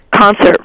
Concert